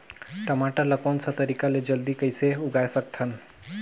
टमाटर ला कोन सा तरीका ले जल्दी कइसे उगाय सकथन?